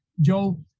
Joe